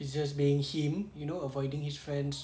he's just being him you know avoiding his friends